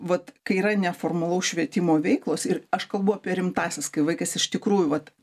vat kai yra neformalaus švietimo veiklos ir aš kalbu apie rimtąsias kai vaikas iš tikrųjų vat